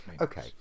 Okay